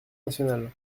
nationale